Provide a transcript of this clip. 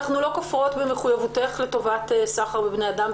אנחנו לא כופרים במחויבותך לטובת סחר בבני אדם,